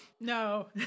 No